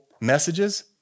messages